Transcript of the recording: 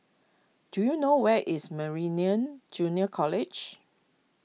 do you know where is Meridian Junior College